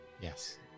Yes